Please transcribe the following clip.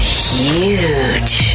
huge